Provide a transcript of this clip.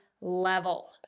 level